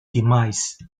demise